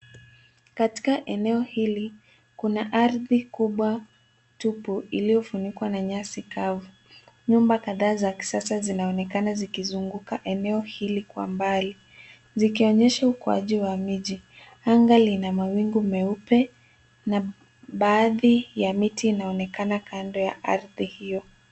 Katika eneo hili, kuna ardhi kubwa tupu iliyofunikwa na nyasi kavu. Nyumba kadhaa za kisasa zinaonekana zikizunguka eneo hili kwa mbali likionyesha ukuaji wa miji. Anga lina mawingu meupe na baadhi ya miti inaonekana kando ya ardhi hio.